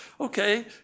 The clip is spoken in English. okay